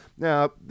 Now